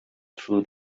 through